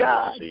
God